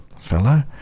fellow